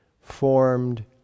formed